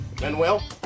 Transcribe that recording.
Manuel